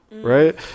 right